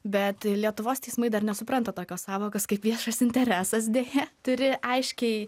bet lietuvos teismai dar nesupranta tokios sąvokos kaip viešas interesas deja turi aiškiai